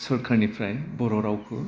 सरकारनिफ्राय बर' रावखौ